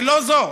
זה לא זו.